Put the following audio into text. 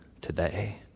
today